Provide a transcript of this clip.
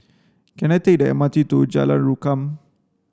can I take the M R T to Jalan Rukam